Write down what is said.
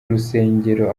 urusengero